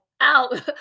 out